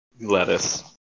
lettuce